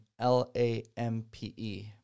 L-A-M-P-E